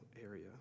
area